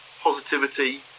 Positivity